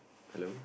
hello